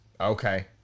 Okay